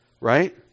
right